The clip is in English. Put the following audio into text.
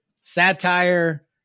satire